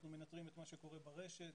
אנחנו מנטרים את מה שקורה ברשת,